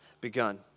begun